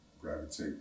gravitate